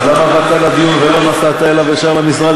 למה באת לדיון ולא נסעת אליו ישר למשרד,